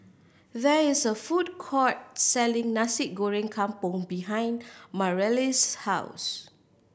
there is a food court selling Nasi Goreng Kampung behind Mareli's house